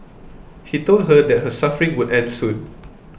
he told her that her suffering would end soon